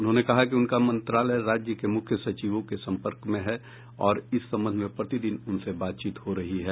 उन्होंने कहा कि उनका मंत्रालय राज्य के मुख्य सचिवों के सम्पर्क में है और इस संबंध में प्रतिदिन उनसे बातचीत हो रही है